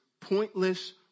pointless